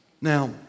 Now